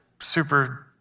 super